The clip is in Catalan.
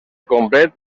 complet